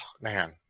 man